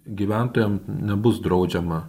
gyventojam nebus draudžiama